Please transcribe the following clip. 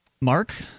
Mark